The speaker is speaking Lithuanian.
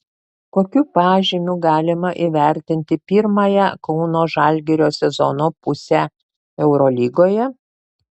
kokiu pažymiu galima įvertinti pirmąją kauno žalgirio sezono pusę eurolygoje